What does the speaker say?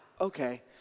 okay